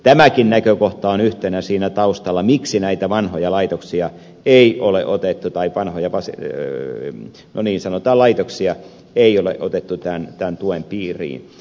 tämäkin näkökohta on yhtenä siinä taustalla miksi näitä vanhoja laitoksia ei ole otettu tai vanhoja laitoksia ei ole otettu tämän tuen piiriin